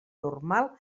normal